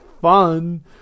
fun